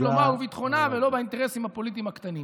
שלומה וביטחונה ולא באינטרסים הפוליטיים הקטנים.